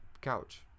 couch